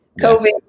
COVID